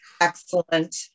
excellent